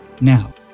Now